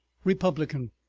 republican,